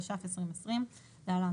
התש"ף 2020 (להלן,